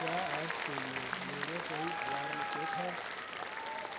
کیا آج کے لیے میرے کوئی الارم سیٹ ہیں